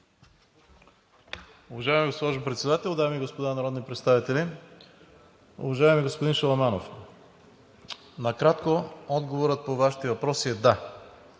Уважаема госпожо Председател, уважаеми дами и господа народни представители! Уважаеми господин Шаламанов, накратко отговорът по Вашите въпроси е: да,